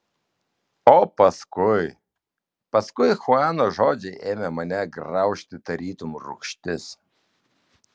o paskui paskui chuano žodžiai ėmė mane graužti tarytum rūgštis